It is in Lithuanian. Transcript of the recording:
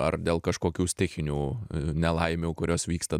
ar dėl kažkokių stichinių nelaimių kurios vyksta